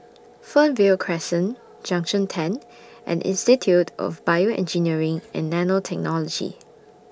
Fernvale Crescent Junction ten and Institute of Bioengineering and Nanotechnology